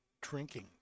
drinking